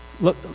Look